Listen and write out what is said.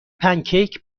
پنکیک